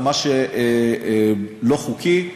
מה שלא חוקי,